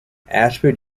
ashford